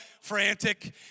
frantic